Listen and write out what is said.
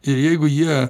ir jeigu jie